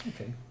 okay